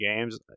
Games